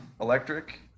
electric